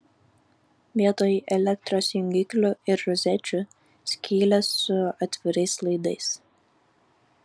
vietoj elektros jungiklių ir rozečių skylės su atvirais laidais